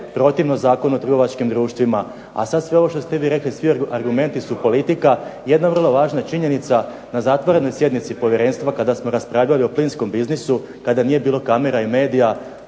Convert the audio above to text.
protivno Zakonu o trgovačkim društvima. A sad sve ovo što ste vi rekli, svi argumenti su politika. Jedna vrlo važna činjenica, na zatvorenoj sjednici povjerenstva kada smo raspravljali o plinskom biznisu, kada nije bilo kamera i medija,